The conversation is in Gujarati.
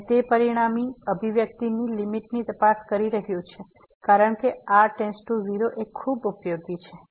અને તે પરિણામી અભિવ્યક્તિની લીમીટની તપાસ કરી રહ્યું છે કારણ કે r → 0 ખૂબ ઉપયોગી છે